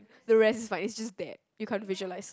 the rest is fine is just that you can't visualise